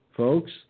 Folks